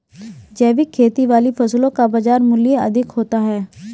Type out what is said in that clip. जैविक खेती वाली फसलों का बाजार मूल्य अधिक होता है